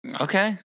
okay